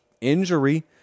Injury